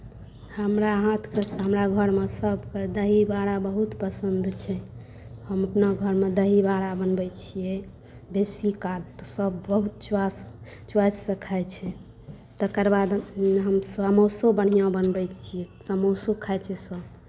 हमरा हाथके हमरा घरमे सभकेँ दहीवड़ा बहुत पसन्द छै हम अपना घरमे दहीवड़ा बनबैत छियै बेसीकाल तऽ सभ बहुत च्वास चॉइससँ खाइत छै तकर बादमे हम समोसो बढ़िआँ बनबैत छी समोसो खाइत छै सभ